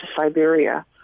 Siberia